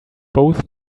both